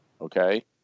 Okay